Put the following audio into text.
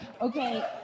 okay